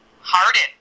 hardened